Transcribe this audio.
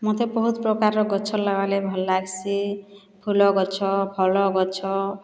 ମୋତେ ବହୁତ ପ୍ରକାର ଗଛ ଲଗାଲେ ଭଲ ଲାଗ୍ସି ଫୁଲ ଗଛ ଫଳ ଗଛ